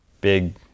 big